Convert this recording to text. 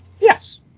Yes